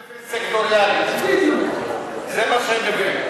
מע"מ אפס סקטוריאלי, זה מה שהם מביאים.